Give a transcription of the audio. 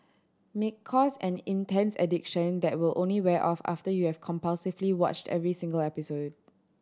may cause an intense addiction that will only wear off after you have compulsively watched every single episode